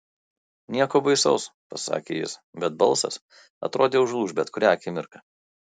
nieko baisaus pasakė jis bet balsas atrodė užlūš bet kurią akimirką